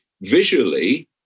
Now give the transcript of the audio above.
visually